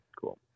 cool